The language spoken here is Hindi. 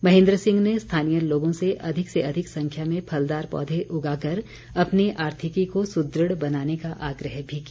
महेन्द्र सिंह ने स्थानीय लोगों से अधिक से अधिक संख्या में फलदार पौधे उगाकर अपनी आर्थिकी को सुदृढ़ बनाने का आग्रह भी किया